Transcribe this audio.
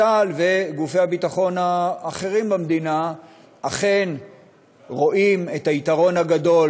צה"ל וגופי הביטחון האחרים במדינה אכן רואים את היתרון הגדול